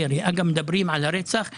אנחנו פועלים להרחבה